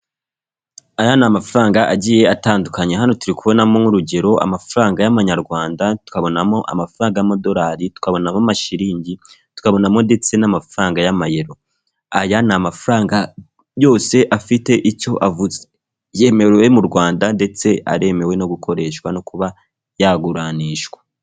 Aya ni amafaranga agiye atandukanye, hano turi kubonamo nk'urugero amafaranga y'Amanyarwanda, tukabonamo amafaranga y'Amadolari, tukabonamo Amashiriningi tukabonamo ndetse n'amafaranga y'Amayero. Aya ni amafaranga yose afite icyo avuze, yemerewe mu Rwanda ndetse aremewe no gukoreshwa no kuba yaguranishwa.